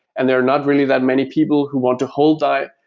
and there are not really that many people who want to hold dai,